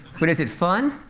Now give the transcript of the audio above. but is it fun?